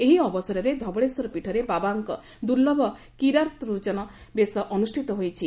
ଏହି ଅବସରରେ ଧବଳେଶ୍ୱର ପୀଠରେ ବାବାଙ୍କ ଦୁର୍ଲୁଭ କୀରାତାର୍କୁନ ବେଶ ଅନୁଷିତ ହେଉଛି